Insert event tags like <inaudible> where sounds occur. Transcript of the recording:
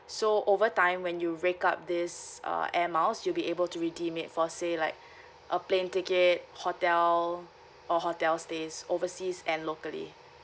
so over time when you rake up this uh air miles you'll be able to redeem it for say like <breath> a plane ticket hotel or hotel stays overseas and locally